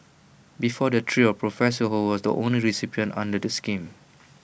before the trio professor ho was the only recipient under the scheme